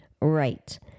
Right